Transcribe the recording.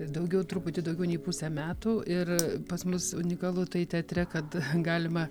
daugiau truputį daugiau nei pusę metų ir pas mus unikalu tai teatre kad galima